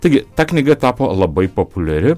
taigi ta knyga tapo labai populiari